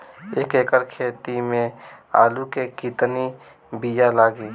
एक एकड़ खेती में आलू के कितनी विया लागी?